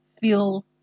feel